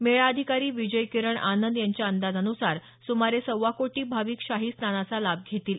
मेळा अधिकारी विजय किरण आनंद यांच्या अंदाजान्सार सुमारे सव्वा कोटी भाविक शाही स्नानाचा लाभ घेतील